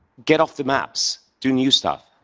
get off the maps. do new stuff.